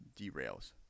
derails